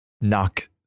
knock